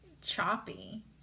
choppy